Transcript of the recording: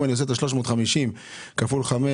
אם אני עושה את ה-350 כפול חמש,